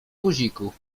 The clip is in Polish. guzików